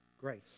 Grace